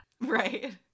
Right